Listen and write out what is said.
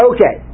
Okay